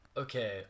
Okay